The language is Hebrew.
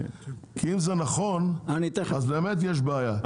כי אם זה נכון אז באמת יש בעיה.